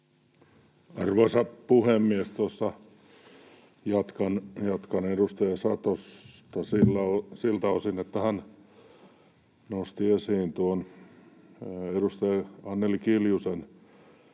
Arvoisa puhemies! Jatkan edustaja Satosta siltä osin, että hän nosti esiin tuon edustaja Anneli Kiljusen